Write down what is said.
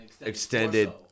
Extended